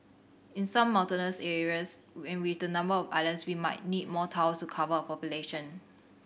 in some mountainous areas and with the number of islands we might need more towers to cover our population